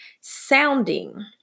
sounding